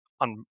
on